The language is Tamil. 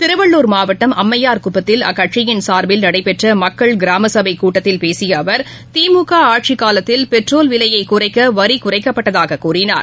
திருவள்ளுர் மாவட்டம் அம்மையார் குப்பத்தில் அக்கட்சியின் சார்பில் நடைபெற்றமக்கள் கிராமசபைகூட்டத்தில் பேசியஅவர் திமுகஆட்சிகாலத்தில் பெட்ரோல் விலையைகுறைக்கவரிகுறைக்கப்பட்டதாககூறினார்